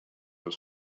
was